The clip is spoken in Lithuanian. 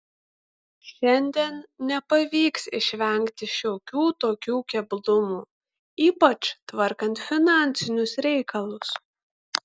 šiandien nepavyks išvengti šiokių tokių keblumų ypač tvarkant finansinius reikalus